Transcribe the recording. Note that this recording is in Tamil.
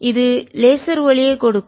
இது லேசர் ஒளியைக் கொடுக்கும்